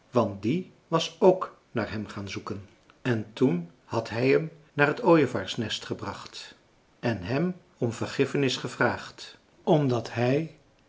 want die was ook naar hem gaan zoeken en toen had hij hem naar het ooievaarsnest gebracht en hem om vergiffenis gevraagd omdat hij